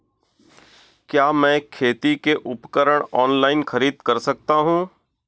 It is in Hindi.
क्या मैं खेती के उपकरण ऑनलाइन खरीद सकता हूँ?